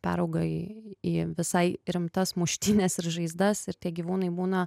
peraugaį į visai rimtas muštynes ir žaizdas ir tie gyvūnai būna